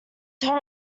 don’t